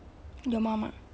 your mum ah